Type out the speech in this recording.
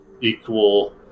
equal